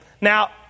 Now